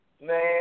man